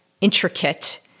intricate